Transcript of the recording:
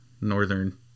northern